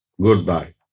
goodbye